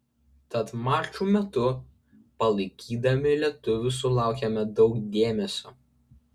tad mačų metu palaikydami lietuvius sulaukėme daug dėmesio